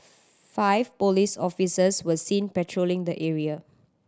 five police officers were seen patrolling the area